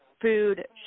food